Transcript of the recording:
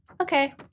Okay